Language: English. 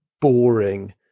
boring